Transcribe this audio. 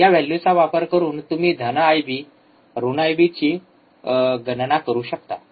या व्हॅल्यूचा वापर करून तुम्ही धन आयबी IB ऋण आयबीची करू शकता का